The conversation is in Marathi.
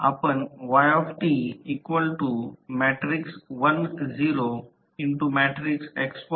आपण असे देखील लिहू शकतो